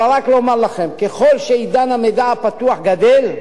אלא רק לומר לכם: ככל שעידן המידע הפתוח גדל,